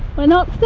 we're not